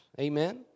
Amen